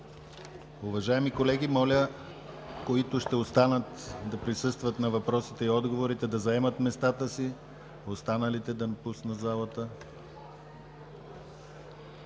Уважаеми колеги, моля, които ще останат да присъстват на въпросите и отговорите, да заемат местата си, останалите да напуснат залата.